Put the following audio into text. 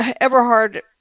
Everhard